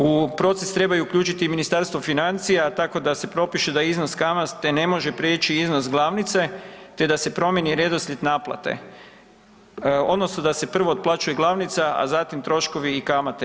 U proces treba i uključiti i Ministarstvo financija tako da se propiše da iznos kamate ne može prijeći iznos glavnice te da se promijeni redoslijed naplate odnosno da se prvo otplaćuje glavnica a zatim troškovi i kamate.